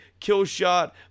Killshot